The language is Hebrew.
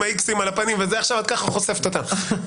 האיקסים על הפנים ועכשיו את חושפת אותם.